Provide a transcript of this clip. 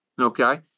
okay